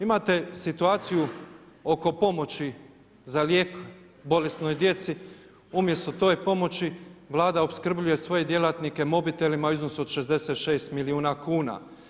Imate situaciju oko pomoći za lijekove, bolesnoj djeci, umjesto te pomoći Vlada opskrbljuje svoje djelatnike mobitelima u iznosu od 66 milijuna kuna.